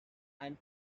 and